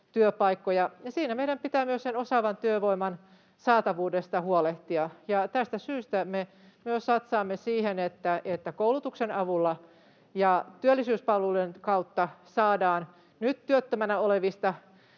Siinä meidän pitää myös sen osaavan työvoiman saatavuudesta huolehtia, ja tästä syystä me myös satsaamme siihen, että koulutuksen avulla ja työllisyyspalveluiden kautta saadaan nyt työttömänä olevat